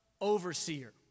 overseer